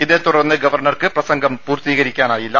ഇതേ തുടർന്ന് ഗവർണർക്ക് പ്രസംഗം പൂർത്തീകരി ക്കാനായില്ല